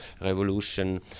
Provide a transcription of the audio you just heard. revolution